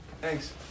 Thanks